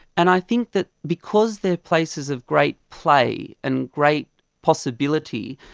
and i think that because they are places of great play and great possibility,